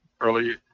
early